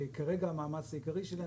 כרגע המעמס העיקרי שלנו,